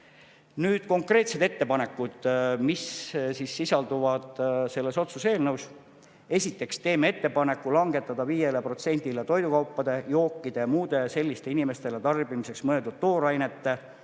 Nüüd konkreetsed ettepanekud, mis sisalduvad selles otsuse eelnõus. Esiteks teeme ettepaneku langetada 5%-le toidukaupade, jookide ja muude selliste inimestele tarbimiseks mõeldud toorainete